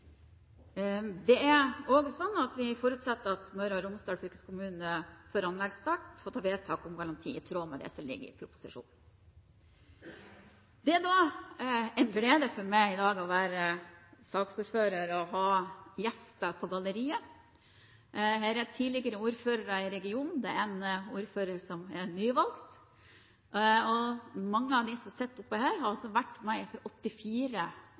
Vi forutsetter at Møre og Romsdal fylkeskommune før anleggsstart fatter vedtak om garanti i tråd med det som ligger i proposisjonen. Det er da en glede for meg i dag å være saksordfører og ha gjester på galleriet. Her er tidligere ordførere i regionen, det er en ordfører som er nyvalgt, og mange av dem som sitter på galleriet, har vært med fra 1984 og kjempet for